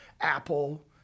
Apple